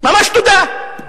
ממש תודה.